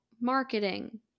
marketing